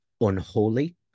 unholy